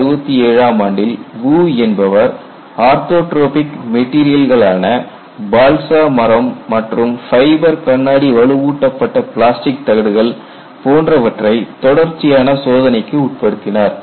1967 ஆம் ஆண்டில் வூ என்பவர் ஆர்தொற்றோபிக் மெட்டீரியல்களான பால்சா மரம் மற்றும் ஃபைபர் கண்ணாடி வலுவூட்டப்பட்ட பிளாஸ்டிக் தகடுகள் போன்றவற்றை தொடர்ச்சியான சோதனைக்கு உட்படுத்தினார்